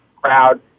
crowd